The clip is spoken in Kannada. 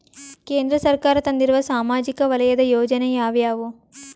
ಕೇಂದ್ರ ಸರ್ಕಾರ ತಂದಿರುವ ಸಾಮಾಜಿಕ ವಲಯದ ಯೋಜನೆ ಯಾವ್ಯಾವು?